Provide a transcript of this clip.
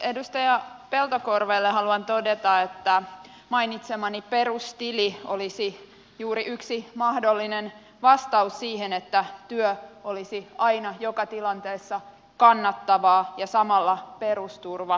edustaja peltokorvelle haluan todeta että mainitsemani perustili olisi juuri yksi mahdollinen vastaus siihen että työ olisi aina joka tilanteessa kannattavaa ja samalla perusturva voisi toteutua